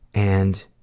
and